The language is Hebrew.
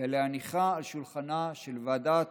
ולהניחה על שולחנה של ועדת